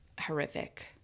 horrific